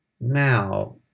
Now